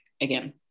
again